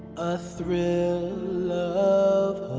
a thrill of